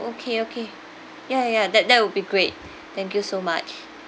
okay okay ya ya that that would be great thank you so much